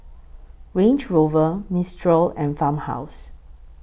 Range Rover Mistral and Farmhouse